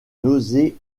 nausées